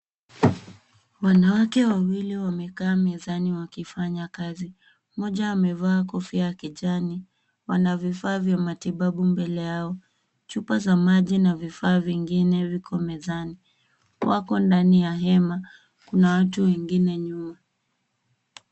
Wanawake wawili wamekaa mezani wakifanya kazi, mmoja amevaa kofia ya kijani. Wana vifaa vya matibabu mbele yao, chupa za maji na vifaa vingine viko mezani. Wako ndani ya hema, kuna watu wengine nyuma.